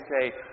say